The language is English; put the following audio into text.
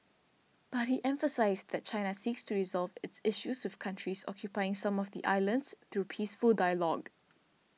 but he emphasised that China seeks to resolve its issues with countries occupying some of the islands through peaceful dialogue